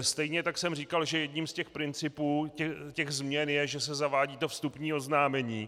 Stejně tak jsem říkal, že jedním z těch principů, těch změn, je, že se zavádí vstupní oznámení.